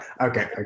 okay